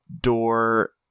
door